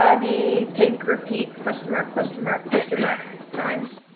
ah the pink repeat question mark, question mark question mark times.